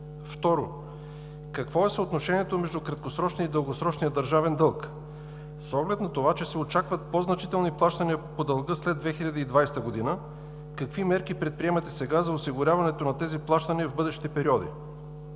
Второ: какво е съотношението между краткосрочния и дългосрочния държавен дълг? С оглед на това, че се очакват по-значителни плащания по дълга след 2020 г., какви мерки предприемате сега за осигуряването на тези плащания в бъдещи периоди?